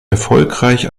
erfolgreich